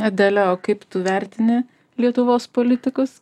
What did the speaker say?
adele o kaip tu vertini lietuvos politikus